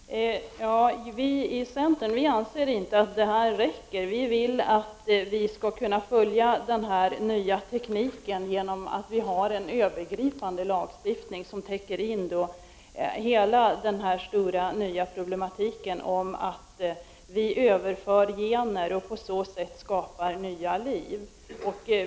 Herr talman! Vi i centerpartiet anser inte att det här räcker. Vi vill kunna följa den nya tekniken genom en övergripande lagstiftning som skall täcka in de stora nya problemen med att vi överför gener och på så sätt skapar nya liv.